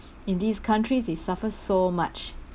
in these countries they suffer so much